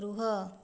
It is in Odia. ରୁହ